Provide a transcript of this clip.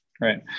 right